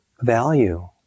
value